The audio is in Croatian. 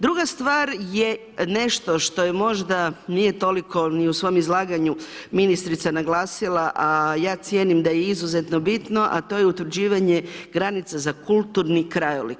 Druga stvar je nešto što je možda, nije toliko ni u svom izlaganju ministrica naglasila, a ja cijenim da je izuzetno bitno, a to je utvrđivanje granica za kulturni krajolik.